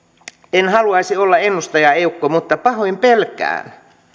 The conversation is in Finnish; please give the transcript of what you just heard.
en haluaisi olla ennustajaeukko mutta pahoin pelkään